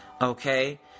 Okay